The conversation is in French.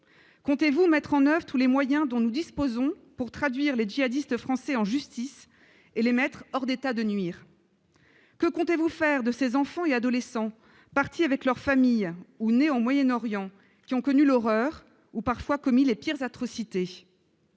Comptez-vous mettre en oeuvre tous les moyens dont nous disposons pour traduire les djihadistes français en justice et les mettre hors d'état de nuire ? Que comptez-vous faire de ces enfants et adolescents, partis avec leur famille ou nés au Moyen-Orient, qui ont connu l'horreur ou parfois commis les pires atrocités ?